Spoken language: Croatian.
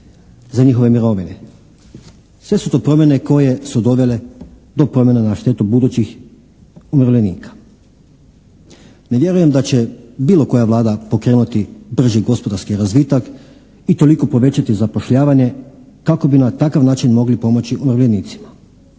za njihove mirovine. Sve su to promjene koje su dovele do promjena na štetu budućih umirovljenika. Ne vjerujem da će bilo koja Vlada pokrenuti brži gospodarski razvitak i toliko povećati zapošljavanje kako bi na takav način mogli pomoći umirovljenicima.